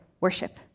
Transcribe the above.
worship